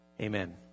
amen